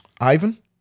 Ivan